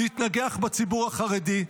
להתנגח בציבור החרדי,